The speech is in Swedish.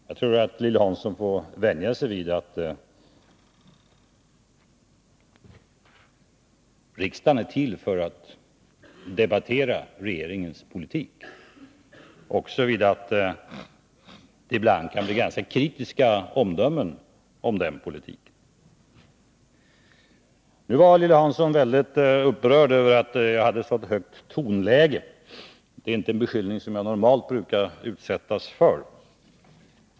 Jag tror att Lilly Hansson får vänja sig vid att riksdagen är till för att debattera regeringens politik, liksom vid att det ibland kan bli ganska kritiska omdömen om den politiken. Nu var Lilly Hansson mycket upprörd över att jag hade ett högt tonläge. Det är en beskyllning som jag normalt inte brukar utsättas för.